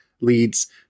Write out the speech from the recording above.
leads